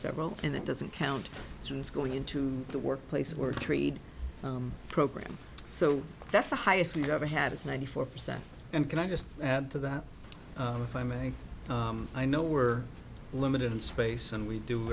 several and that doesn't count as going into the workplace or trade program so that's the highest we've ever had it's ninety four percent and can i just add to that if i may i know we're limited in space and we do